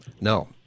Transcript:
No